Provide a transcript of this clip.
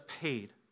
paid